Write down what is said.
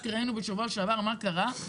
רק בשבוע שעבר ראינו מה קרה.